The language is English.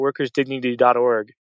workersdignity.org